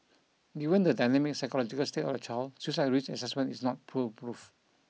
given the dynamic psychological state of the child suicide risk assessment is not foolproof